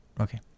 Okay